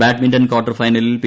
badminton quarter ഫൈനലിൽ P